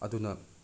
ꯑꯗꯨꯅ